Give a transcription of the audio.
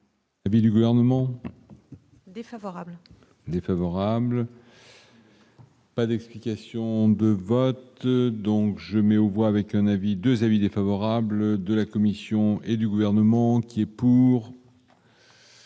Et du gouvernement. Défavorable. Défavorable. Pas d'explication de vote donc je mets aux voix avec un avis 2 avis défavorables de la Commission et du gouvernement qui est pour.